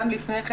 גם לפני כן.